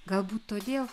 galbūt todėl